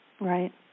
Right